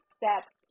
sets